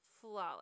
Flawless